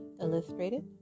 illustrated